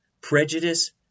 prejudice